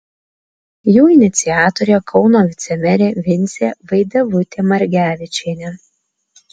jų iniciatorė kauno vicemerė vincė vaidevutė margevičienė